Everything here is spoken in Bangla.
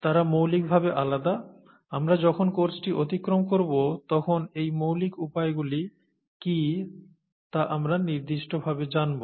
তারা মৌলিক ভাবে আলাদা আমরা যখন কোর্সটি অতিক্রম করব তখন এই মৌলিক উপায় গুলি কী তা আমরা নির্দিষ্ট ভাবে জানব